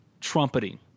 trumpeting